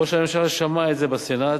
ראש הממשלה שמע את זה בסנאט,